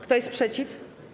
Kto jest przeciw?